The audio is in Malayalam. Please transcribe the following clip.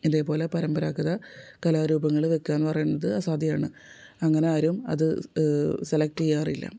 ഇതേ പോലെ പരമ്പരാഗത കലാരൂപങ്ങൾ വെക്കാന്ന് പറയണത് അസാധ്യാണ് അങ്ങനെ ആരും അത് സെലക്ട് ചെയ്യാറില്ല